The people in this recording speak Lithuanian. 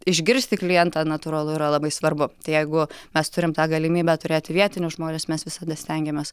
išgirsti klientą natūralu yra labai svarbu tai jeigu mes turim tą galimybę turėti vietinius žmones mes visada stengiamės